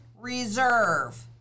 reserve